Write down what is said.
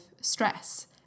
stress